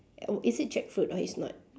uh is it jackfruit or it's not